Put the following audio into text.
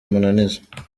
mananiza